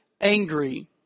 angry